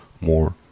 more